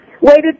Waited